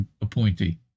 appointee